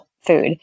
food